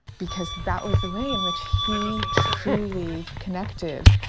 because that was the way in which he truly connected